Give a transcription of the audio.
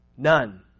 None